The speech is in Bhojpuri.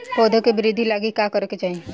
पौधों की वृद्धि के लागी का करे के चाहीं?